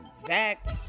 exact